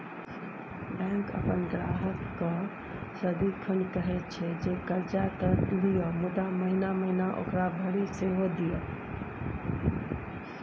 bank अपन ग्राहककेँ सदिखन कहैत छै जे कर्जा त लिअ मुदा महिना महिना ओकरा भरि सेहो दिअ